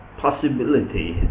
possibility